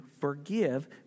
forgive